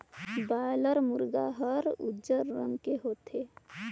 boiler मुरगा हर उजर रंग के होथे